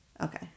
Okay